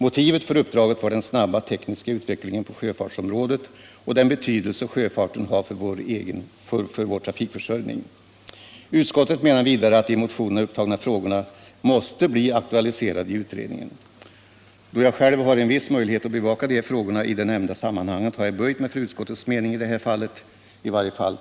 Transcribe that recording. Motivet för uppdraget var den snabba tekniska utvecklingen på sjöfartsområdet och den betydelse sjöfarten har för vår trafikförsörjning. Utskottet menar vidare att de i motionerna upptagna frågorna måste bli aktualiserade i utredningen. Då jag själv har en viss möjlighet att bevaka de här frågorna i det nämnda sammanhanget har jag böjt mig för utskottets mening i detta fall, åtminstone t. v.